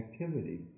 activity